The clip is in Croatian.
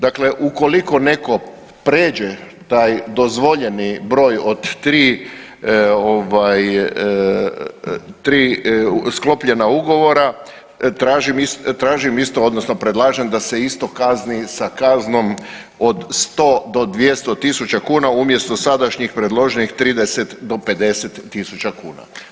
Dakle, ukoliko netko pređe taj dozvoljeni broj od 3 ovaj 3 sklopljena ugovora tražim isto odnosno predlažem da isto kazni sa kaznom od 100 do 200 tisuća kuna umjesto sadašnjih predloženih 30 do 50 tisuća kuna.